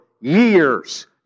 years